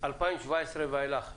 2017 ואילך,